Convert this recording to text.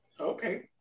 Okay